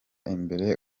imbere